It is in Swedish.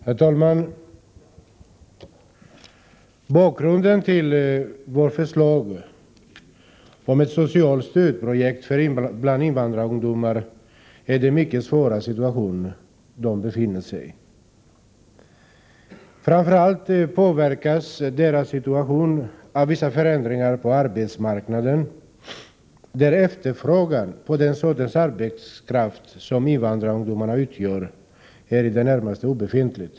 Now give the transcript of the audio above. Herr talman! Bakgrunden till vårt förslag om ett socialt stödprojekt bland invandrarungdomar är den mycket svåra situation dessa befinner sig i. Framför allt påverkas deras situation av vissa förändringar på arbetsmarknaden, där efterfrågan på den sortens arbetskraft som invandrarungdomarna utgör är i det närmaste obefintlig.